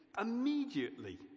Immediately